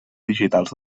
digitals